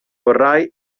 vorrai